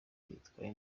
yitwaye